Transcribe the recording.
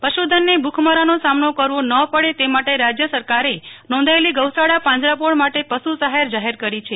પશુધનને ભુ ખમરાનો સામનો કરવો ન પડે તે માટે રાજય સરકારે નોંધાયેલી ગૌશાળા પાંજરાપોળ માટે પશુ સહાય જાહેર કરી છે